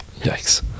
Yikes